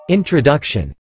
Introduction